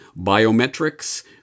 biometrics